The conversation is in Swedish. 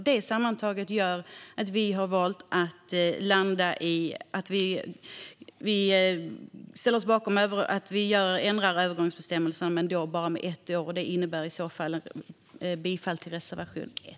Detta sammantaget gör att vi har valt att ställa oss bakom en förlängning av övergångsbestämmelserna, men bara med ett år. Det innebär att jag yrkar bifall till reservation 1.